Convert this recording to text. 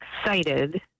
excited